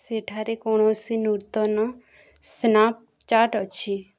ସେଠାରେ କୌଣସି ନୂତନ ସ୍ନାପ୍ଚାଟ୍ ଅଛି